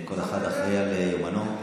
כל אחד אחראי ליומנו.